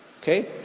Okay